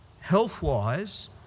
Health-wise